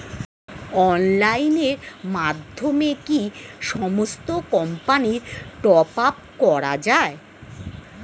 অনলাইনের মাধ্যমে কি সমস্ত কোম্পানির টপ আপ করা যায়?